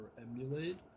emulate